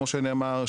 כמו שנאמר,